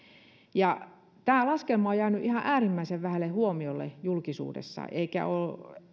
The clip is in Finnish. tämä laskelma on jäänyt ihan äärimmäisen vähälle huomiolle julkisuudessa eikä ole